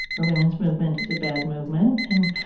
the women's movement is a bad movement,